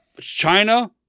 China